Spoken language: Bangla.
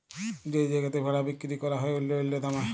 যেই জায়গাতে ভেড়া বিক্কিরি ক্যরা হ্যয় অল্য অল্য দামে